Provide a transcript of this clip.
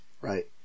right